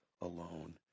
alone